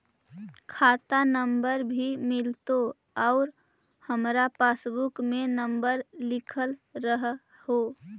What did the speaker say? खाता नंबर भी मिलतै आउ हमरा पासबुक में नंबर लिखल रह है?